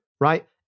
right